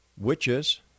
witches